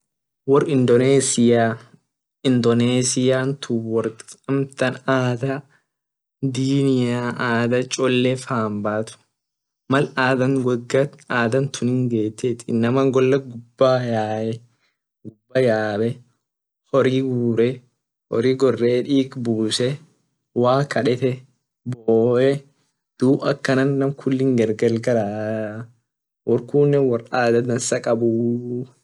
Wor indonesia wor adha dinia adha cholle fan bat mal woga adha tunni get inama gola guba yae hori goree dig buse waq kadete boye dub akana nam kulli gargargalaa wor kunne wor adha dansa kabuu.